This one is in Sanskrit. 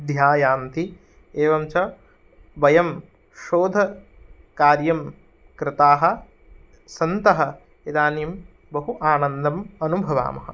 ध्यायन्ति एवं च वयं शोधकार्यं कृताः सन्तः इदानीं बहु आनन्दम् अनुभवामः